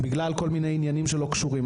בגלל כל מיני עניינים שלא קשורים.